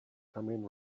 coming